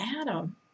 Adam